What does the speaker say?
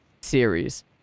series